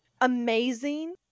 amazing